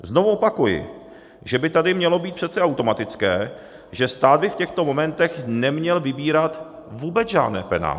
Znovu opakuji, že by tady mělo být přece automatické, že stát by v těchto momentech neměl vybírat vůbec žádné penále.